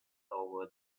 over